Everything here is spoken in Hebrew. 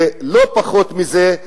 ולא פחות מזה,